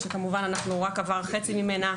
שרק עבר חצי ממנה,